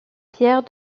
pierre